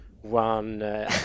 one